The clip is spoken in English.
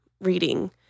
reading